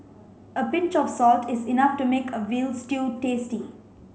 a pinch of salt is enough to make a veal stew tasty